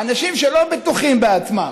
האנשים שלא בטוחים בעצמם,